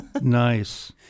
Nice